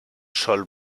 sol